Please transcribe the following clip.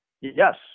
yes